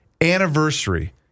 anniversary